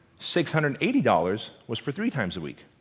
six hundred and eighty dollars was for three times a week.